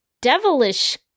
devilish